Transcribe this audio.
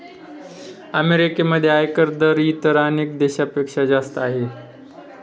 अमेरिकेमध्ये आयकर दर इतर अनेक देशांपेक्षा जास्त आहे